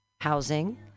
housing